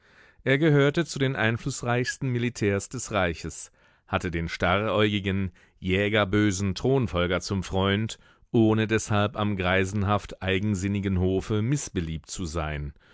er gehörte zu den einflußreichsten militärs des reiches hatte den starräugigen jägerbösen thronfolger zum freund ohne deshalb am greisenhaft eigensinnigen hofe mißbeliebt zu sein